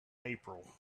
april